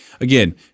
again